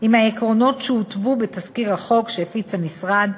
עם העקרונות שהותוו בתזכיר החוק שהפיץ המשרד,